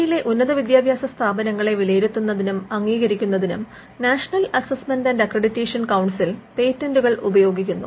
ഇന്ത്യയിലെ ഉന്നത വിദ്യാഭ്യാസ സ്ഥാപനങ്ങളെ വിലയിരുത്തുന്നതിനും അംഗീകരിക്കുന്നതിനും national assessment and accreditation council പേറ്റന്റുകൾ ഉപയോഗിക്കുന്നു